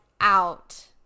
out